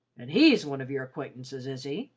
and he's one of your acquaintances, is he?